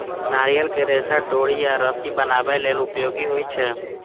नारियल के रेशा डोरी या रस्सी बनाबै लेल उपयोगी होइ छै